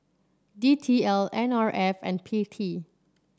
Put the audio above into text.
D T L N R F and P T